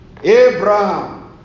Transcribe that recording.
Abraham